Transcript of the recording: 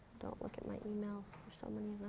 don't look at my emails. there's so many